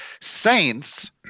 saints